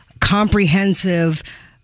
comprehensive